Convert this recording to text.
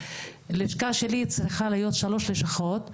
הלשכה שלי צריכה להיות 3 לשכות,